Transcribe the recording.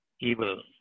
evil